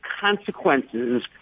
consequences